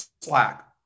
slack